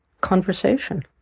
conversation